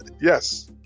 yes